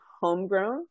Homegrown